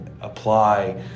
apply